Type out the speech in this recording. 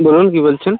বলুন কী বলছেন